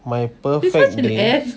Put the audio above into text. my perfect day